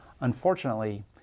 unfortunately